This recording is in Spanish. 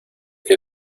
que